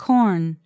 Corn